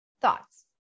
thoughts